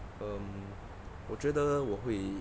um 我觉得我会